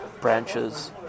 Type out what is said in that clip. branches